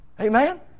Amen